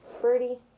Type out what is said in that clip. Birdie